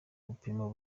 ibipimo